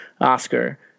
oscar